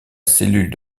cellule